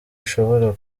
ishobora